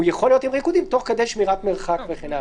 היא יכולה להיות עם ריקודים תוך כדי שמירת מרחק וכן הלאה.